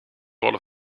worden